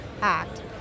act